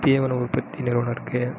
தீவன உற்பத்தி நிறுவனம் இருக்குது